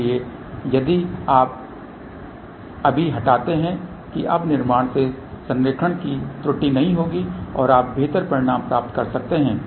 इसलिए यदि आप अभी हटाते हैं कि अब निर्माण में संरेखण की त्रुटि नहीं होगी और आप बेहतर परिणाम प्राप्त कर सकते हैं